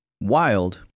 wild